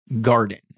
garden